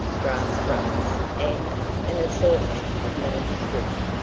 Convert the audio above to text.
grass rugs and an assortment of nondescript,